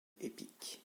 épique